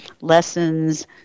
lessons